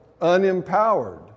unempowered